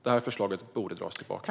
Detta förslag borde dras tillbaka.